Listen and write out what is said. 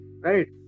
right